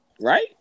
right